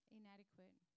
inadequate